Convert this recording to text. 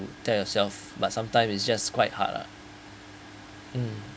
mm tell yourself but sometime is just quite hard lah mm